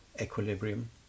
equilibrium